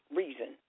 reason